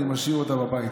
אני משאיר אותה בבית.